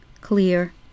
clear